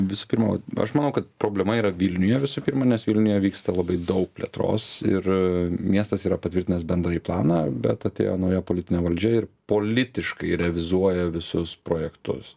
visų pirma aš manau kad problema yra vilniuje visų pirma nes vilniuje vyksta labai daug plėtros ir miestas yra patvirtinęs bendrąjį planą bet atėjo nauja politinė valdžia ir politiškai revizuoja visus projektus